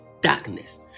darkness